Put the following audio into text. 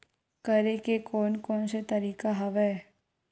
करे के कोन कोन से तरीका हवय?